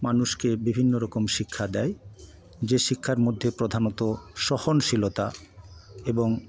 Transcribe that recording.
মানুষকে বিভিন্ন রকম শিক্ষা দেয় যে শিক্ষার মধ্যে প্রধানত সহনশীলতা এবং